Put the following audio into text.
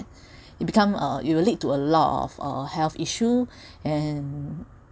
it become a it will lead to a lot of uh health issue and